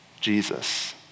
Jesus